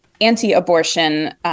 anti-abortion